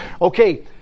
Okay